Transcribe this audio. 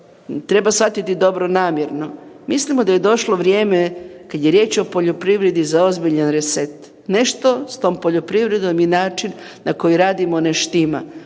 treba shvatiti dobronamjerno, mislimo da je došlo vrijeme kad je riječ o poljoprivredi za ozbiljan reset. Nešto s tom poljoprivrednom i način na koji radimo ne štima.